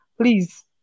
Please